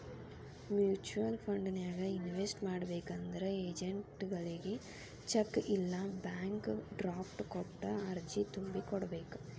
mutual ಫಂಡನ್ಯಾಗ invest ಮಾಡ್ಬೇಕಂದ್ರ ಏಜೆಂಟ್ಗಳಗಿ ಚೆಕ್ ಇಲ್ಲಾ ಬ್ಯಾಂಕ್ ಡ್ರಾಫ್ಟ್ ಕೊಟ್ಟ ಅರ್ಜಿ ತುಂಬಿ ಕೋಡ್ಬೇಕ್